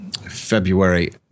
February